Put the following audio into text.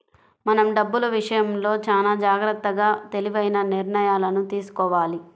మనం డబ్బులు విషయంలో చానా జాగర్తగా తెలివైన నిర్ణయాలను తీసుకోవాలి